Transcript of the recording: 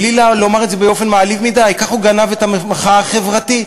בלי לומר את זה באופן מעליב מדי: ככה הוא גנב את המחאה החברתית.